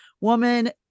woman